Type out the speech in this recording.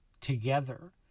together